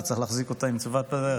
אתה צריך להחזיק אותה עם צבת אחרת.